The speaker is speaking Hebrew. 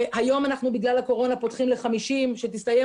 היום בגלל הקורונה אנחנו פותחים ל-50 אנשים וכשתסתיים